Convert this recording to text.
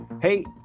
Hey